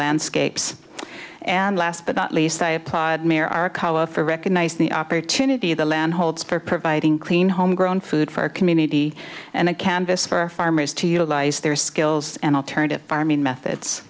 landscapes and last but not least i applaud mayor our kala for recognizing the opportunity of the land holds for providing clean home grown food for a community and a canvas for farmers to utilize their skills and alternative farming methods